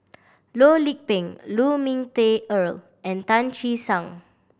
Loh Lik Peng Lu Ming Teh Earl and Tan Che Sang